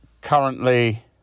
currently